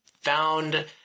found